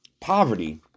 poverty